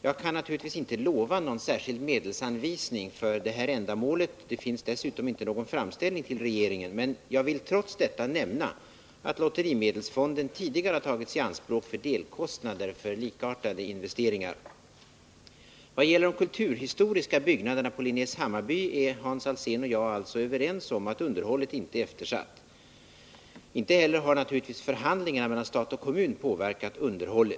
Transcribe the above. Jag kan naturligtvis inte utlova någon särskild medelsanvisning för det här ändamålet — det finns dessutom inte någon framställning till regeringen — men jag vill trots detta nämna att lotterimedelsfonden tidigare har tagits i anspråk för delkostnader för likartade «investeringar. Vad gäller de kulturhistoriska byggnaderna på Linnés Hammarby är Hans Alsén och jag överens om att underhållet inte är eftersatt. Inte heller har naturligtvis förhandlingarna mellan stat och kommun påverkat underhållet.